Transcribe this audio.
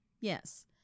Yes